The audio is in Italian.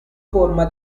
forma